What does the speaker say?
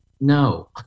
No